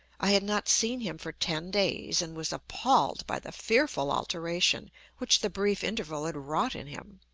i had not seen him for ten days, and was appalled by the fearful alteration which the brief interval had wrought in him.